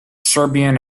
serbian